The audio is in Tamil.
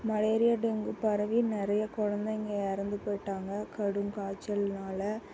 மலேரியா டெங்கு பரவி நிறைய குழந்தைங்க இறந்து போய்விட்டாங்க கடும் காய்ச்சல்னால்